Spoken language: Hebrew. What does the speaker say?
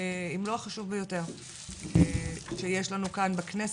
אם לא החשוב ביותר שיש לנו כאן בכנסת.